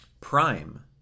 prime